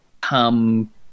come